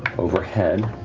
overhead.